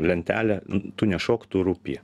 lentelę tu nešok tu rūpi